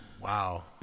wow